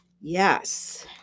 Yes